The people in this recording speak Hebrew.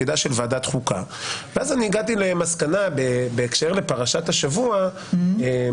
ואז הגעתי למסקנה בהקשר לפרשת השבוע שעבר,